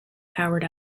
powered